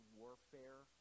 warfare